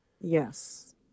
Yes